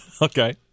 Okay